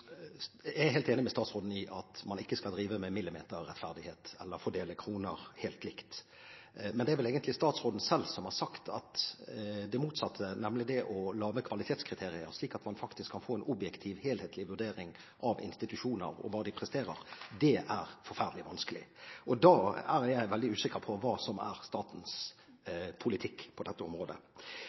Jeg er helt enig med statsråden i at man ikke skal drive med millimeterrettferdighet eller fordele kroner helt likt. Men det er vel egentlig statsråden selv som har sagt at det motsatte, nemlig det å lage kvalitetskriterier slik at man faktisk kan få en objektiv, helhetlig vurdering av institusjoner og hva de presterer, er forferdelig vanskelig. Da er jeg veldig usikker på hva som er statens politikk på dette området.